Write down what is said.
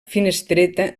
finestreta